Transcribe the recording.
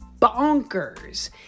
bonkers